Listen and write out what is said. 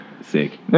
Sick